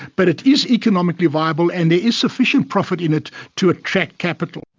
but it is economically viable and there is sufficient profit in it to attract capital.